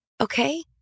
okay